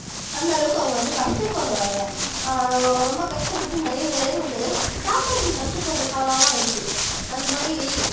அந்தளவுக்கு அவங்க வந்து கஷ்டப்படுகிறாங்க ரொ ரொம்ப கஷ்டப்பட்டு நிறைய பேர் வந்து சாப்பாட்டுக்கு கஷ்டப்படுகிற காலமெலாம் இருக்குது அந்த மாதிரி